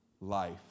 life